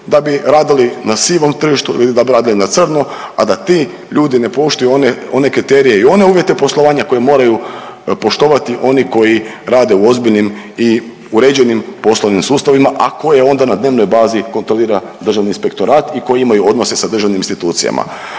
da bi radili na sivom tržištu ili da bi radili na crno, a da ti ljudi ne poštuju one kriterije i one uvjete poslovanja koje moraju poštovati oni koji rade u ozbiljnim i uređenim poslovnim sustavima, a koje onda na dnevnoj bazi kontrolira Državni inspektorat i koji imaju odnose sa državnim institucija.